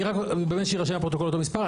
באמת שיירשם בפרוטוקול, אותו מספר.